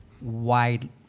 widely